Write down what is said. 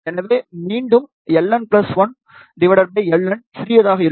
எனவே மீண்டும் Ln1Ln சிறியதாக இருக்கும்